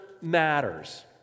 matters